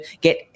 get